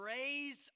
raise